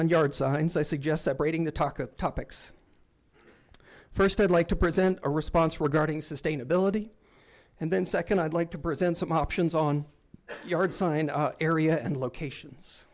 on yard signs i suggest separating the talk of topics first i'd like to present a response regarding sustainability and then second i'd like to present some options on yard sign area and locations